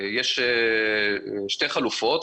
יש שתי חלופות.